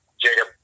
Jacob